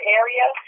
area